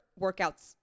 workouts